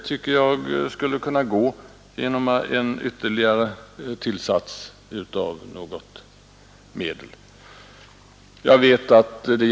Detta borde kunna ske genom tillsättande av något ytterligare medel.